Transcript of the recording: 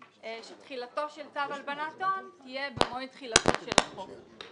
שתחילתו של צו הלבנת הון תהיה במועד תחילתו של החוק.